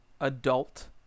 adult